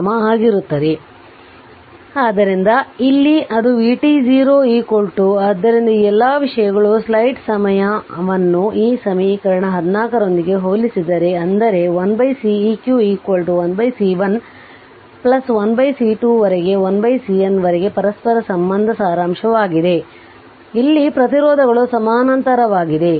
ಆದ್ದರಿಂದ ಇಲ್ಲಿ ಅದು vt0 ಆದ್ದರಿಂದ ಈ ಎಲ್ಲಾ ವಿಷಯಗಳು ಸ್ಲೈಡ್ ಸಮಯ ಅನ್ನು ಈ ಸಮೀಕರಣ 14 ರೊಂದಿಗೆ ಹೋಲಿಸಿದರೆ ಅಂದರೆ 1Ceq 1C1 1C2 ವರೆಗೆ 1CN ವರೆಗೆ ಪರಸ್ಪರ ಸಂಬಂಧದ ಸಾರಾಂಶವಾಗಿದೆ ಇಲ್ಲಿ ಪ್ರತಿರೋಧಗಳು ಸಮಾನಾಂತರವಾಗಿದೆ